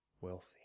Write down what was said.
wealthy